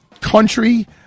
country